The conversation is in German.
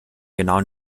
genauen